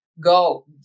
Go